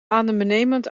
adembenemend